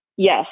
Yes